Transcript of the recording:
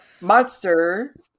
monster